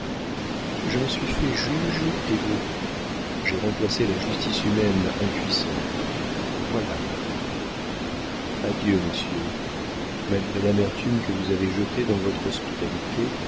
je me suis fait juge et bourreau j'ai remplacé la justice humaine impuissante voilà mon crime adieu monsieur malgré l'amertume que vous avez jetée dans votre hospitalité